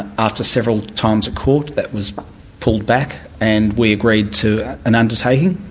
after several times at court that was pulled back, and we agreed to an undertaking.